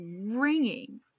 ringing